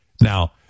Now